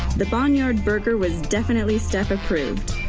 the but ah and burger was definitely stef approved.